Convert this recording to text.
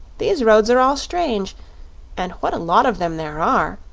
these roads are all strange and what a lot of them there are!